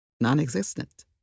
non-existent